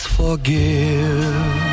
forgive